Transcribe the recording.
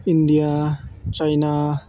India China